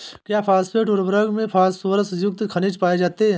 क्या फॉस्फेट उर्वरक में फास्फोरस युक्त खनिज पाए जाते हैं?